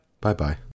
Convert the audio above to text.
Bye-bye